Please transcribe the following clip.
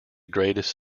greatest